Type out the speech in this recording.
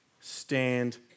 stand